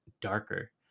darker